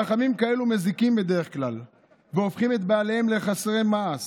רחמים כאלה מזיקים בדרך כלל והופכים את בעליהם לחסרי מעש,